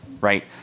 right